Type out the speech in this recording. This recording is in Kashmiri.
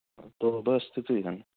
تہٕ بَس تِتُے ۂنۍ